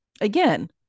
again